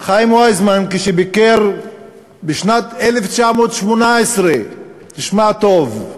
שחיים ויצמן, כשביקר בשנת 1918, תשמע טוב,